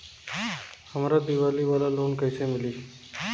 हमरा दीवाली वाला लोन कईसे मिली?